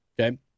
Okay